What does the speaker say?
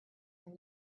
from